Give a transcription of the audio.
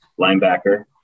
linebacker